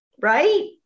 right